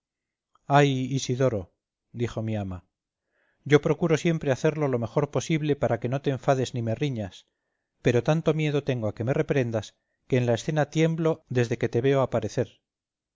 ay isidoro dijo mi ama yo procuro siempre hacerlo lo mejor posible para que no te enfades ni me riñas pero tanto miedo tengo a que me reprendas que en la escena tiemblo desde que te veo aparecer